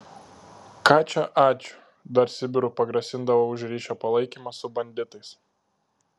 ką čia ačiū dar sibiru pagrasindavo už ryšio palaikymą su banditais